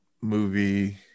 movie